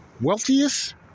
wealthiest